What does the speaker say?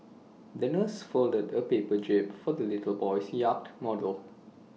the nurse folded A paper jib for the little boy's yacht model